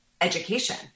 education